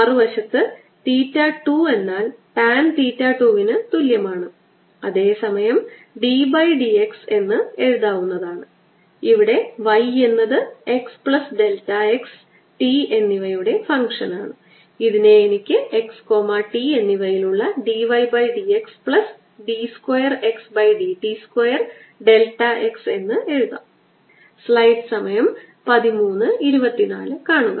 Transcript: മറുവശത്ത് തീറ്റ 2 എന്നാൽ tan theta 2 ന് തുല്യമാണ് അതേ സമയം അത് d y by d x എന്ന് എഴുതാവുന്നതാണ് ഇവിടെ y എന്നത് x plus delta x t എന്നിവയുടെ ഫംഗ്ഷനാണ് ഇതിനെ എനിക്ക് x t എന്നിവയിലുള്ള d y by d x plus d square x by d t square delta x എന്ന് എഴുതാംസ്ലൈഡ് സമയം 1324 കാണുക